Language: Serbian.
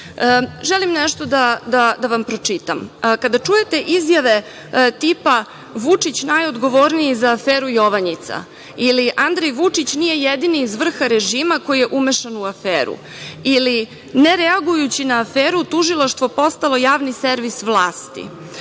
nešto da vam pročitam. Kada čujete izjave tipa - Vučić najodgovorniji za aferu „Jovanjica“, ili Andrej Vučić nije jedini iz vrha režima koji je umešan u aferu, ili nereagujući na aferu tužilaštvo postalo javni servis vlasti,